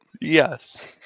Yes